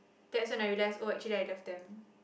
that's when I realised oh actually I loved them